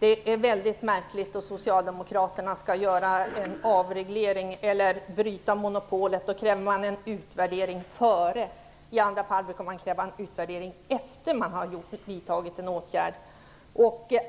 Det är väldigt märkligt att då socialdemokraterna skall göra en avreglering eller bryta ett monopol, då kräver man en utvärdering före. I andra fall brukar man kräva en utvärdering efter det att man vidtagit en åtgärd.